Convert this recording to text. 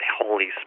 holy